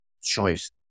choice